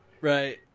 Right